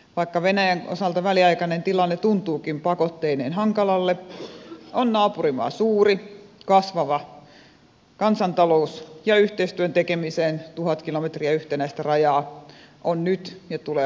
vaikka venäjän osalta väliaikainen tilanne tuntuukin pakotteineen hankalalle on naapurimaa suuri kasvava kansantalous ja yhteistyön tekemiseen tuhat kilometriä yhtenäistä rajaa on nyt ja tulee olemaan tulevaisuudessa